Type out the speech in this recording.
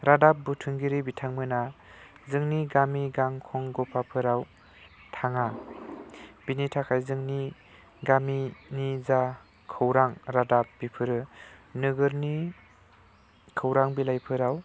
रादाब बुथुमगिरि बिथांमोना जोंनि गामि गफाफोराव थाङा बेनिथाखाय जोंनि गामिनि जा खौरां रादाब बेफोरो नोगोरनि खौरां बिलाइफोराव